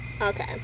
Okay